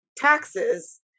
taxes